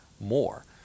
more